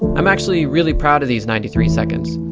i'm actually, really proud of these ninety three seconds.